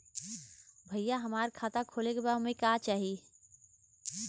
भईया हमार खाता खोले के बा ओमे का चाही?